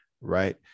Right